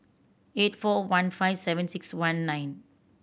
eight four one five seven six one nine